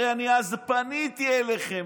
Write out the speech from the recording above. הרי אני אז פניתי אליכם,